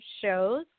shows